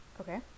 okay